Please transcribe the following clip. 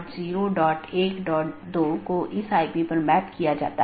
विशेषता का संयोजन सर्वोत्तम पथ का चयन करने के लिए उपयोग किया जाता है